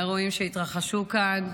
האירועים שהתרחשו כאן.